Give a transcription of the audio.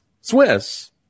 Swiss